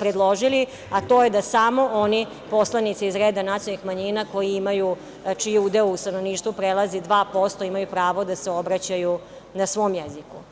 predložili, a to je da samo oni poslanici iz reda nacionalnih manjina koji imaju i čiji udeo u stanovništvu prelazi 2% imaju pravo da se obraćaju na svom jeziku.